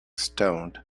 stoned